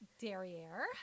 derriere